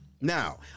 Now